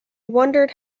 wondered